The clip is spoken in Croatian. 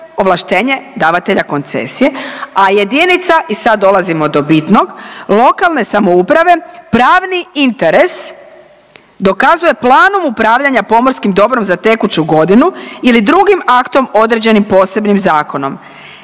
ovlaštenje davatelja koncesije a jedinica i sad dolazimo do bitnog lokalne samouprave pravni interes dokazuje planom upravljanja pomorskim dobrom za tekuću godinom ili drugim aktom određenim posebnim zakonom.